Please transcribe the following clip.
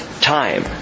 time